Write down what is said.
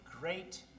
great